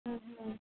ହୁଁ ହୁଁ